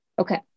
okay